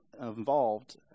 involved